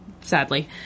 sadly